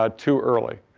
ah too early,